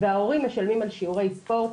וההורים משלמים על שיעורי ספורט,